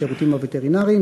בשירותים הווטרינריים,